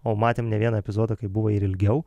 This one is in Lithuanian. o matėm ne vieną epizodą kai buvo ir ilgiau